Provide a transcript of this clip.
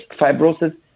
fibrosis